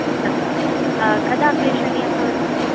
अस्तु कदा प्रेषणीयं भवति